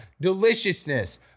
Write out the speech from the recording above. deliciousness